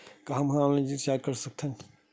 का हम online recharge कर सकत हन?